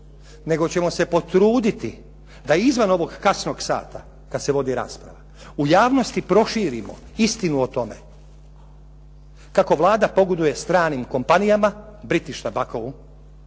nego ćemo se potruditi da izvan ovog kasnog sata kad se vodi rasprava u javnosti proširimo istinu o tome kako Vlada pogoduje stranim kompanijama British Tobacou